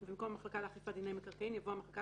ובמקום "המחלקה לאכיפת דיני מקרקעין" יבוא "המחלקה